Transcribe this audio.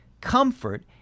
Comfort